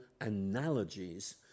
analogies